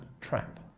trap